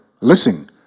Listen